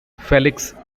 felix